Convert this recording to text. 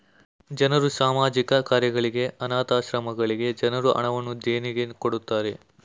ಜನರು ಸಾಮಾಜಿಕ ಕಾರ್ಯಗಳಿಗೆ, ಅನಾಥ ಆಶ್ರಮಗಳಿಗೆ ಜನರು ಹಣವನ್ನು ದೇಣಿಗೆ ಕೊಡುತ್ತಾರೆ